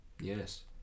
Yes